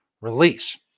release